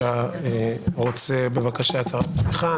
אתה רוצה בבקשה הצהרת פתיחה.